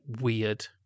weird